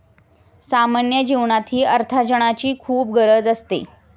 सामान्य जीवनातही अर्थार्जनाची खूप गरज असते